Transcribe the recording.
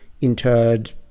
interred